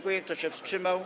Kto się wstrzymał?